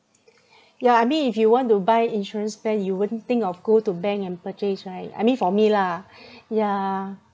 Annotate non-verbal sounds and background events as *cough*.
yeah I mean if you want to buy insurance plan you wouldn't think of go to bank and purchase right I mean for me lah *breath* yeah